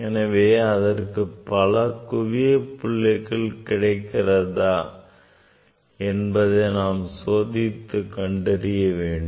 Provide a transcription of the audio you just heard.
எனவே அதற்கு பல குவிய புள்ளிகள் கிடைக்கிறதா என்பதை நாம் சோதித்துக் கண்டறிய வேண்டும்